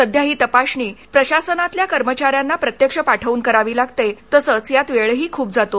सध्या ही तपासणी प्रशासनातल्या कर्मचाऱ्यांना प्रत्यक्ष पाठवून करावी लागते तसंच यात वेळही खूप जातो